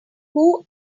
who